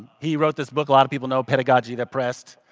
he wrote this book, a lot of people know, pedagogy the press.